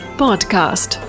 podcast